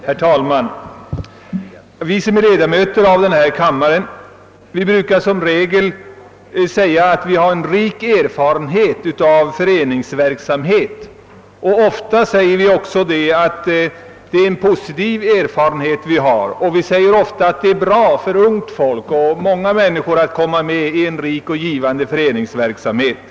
Herr talman! Ledamöter av denna kammare brukar tala om den rika erfarenhet vi har av föreningsverksamhet. Vi betecknar ofta också denna erfarenhet som positiv, och vi tycker att det är bra för ungt folk och för många andra människor att komma med i en rik och givande föreningsverksamhet.